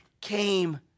came